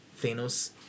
Thanos